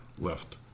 left